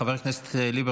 חבר הכנסת ליברמן,